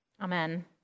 Amen